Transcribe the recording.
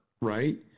Right